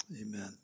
amen